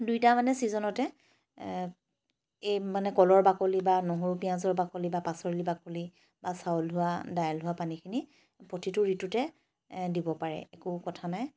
দুইটা মানে ছিজনতে এই মানে কলৰ বাকলি বা নহৰু পিঁয়াজৰ বাকলি বা পাচলি বা চাউল ধোৱা দাইল ধোৱা পানীখিনি প্ৰতিটো ঋতুতে দিব একো কথা নাই